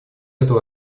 этого